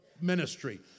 ministry